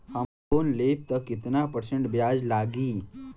हम लोन लेब त कितना परसेंट ब्याज लागी?